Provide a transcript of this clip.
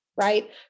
right